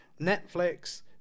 Netflix